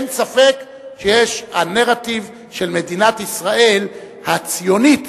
אין ספק שיש הנרטיב של מדינת ישראל הציונית,